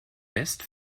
west